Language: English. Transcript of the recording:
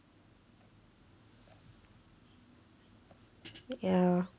ya